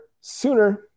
Sooner